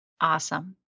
Awesome